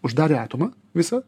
uždarė atomą visą